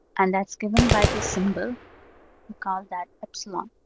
and that's given by this symbol. we call that epsilon.